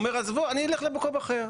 הוא אומר, עזבו, אני אלך למקום אחר.